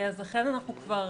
אנחנו כבר